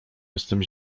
jestem